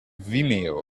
vimeo